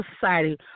society